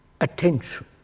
attention